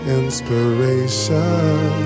inspiration